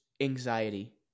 anxiety